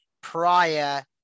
prior